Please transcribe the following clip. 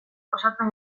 osatzen